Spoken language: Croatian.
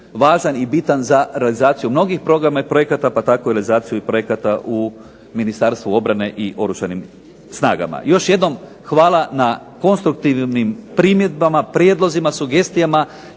hvala na konstruktivnim primjedbama, prijedlozima, sugestijama.